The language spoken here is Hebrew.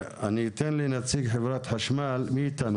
אני אתן לנציג חברת החשמל לדבר, מי איתנו?